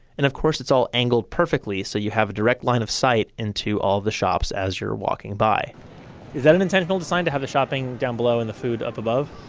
and of course it's all angled perfectly so you have a direct line of sight into all of the shops as you're walking by. is that an intentional design to have a shopping down below and the food up above?